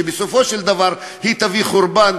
שבסופו של דבר היא תביא חורבן